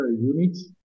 units